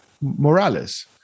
Morales